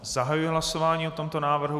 Zahajuji hlasování o tomto návrhu.